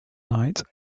night